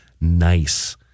Nice